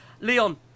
Leon